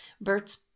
Bert's